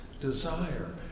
desire